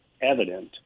evident